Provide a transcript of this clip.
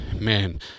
man